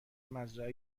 مزرعه